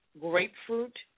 grapefruit